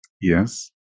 Yes